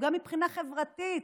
גם מבחינה חברתית,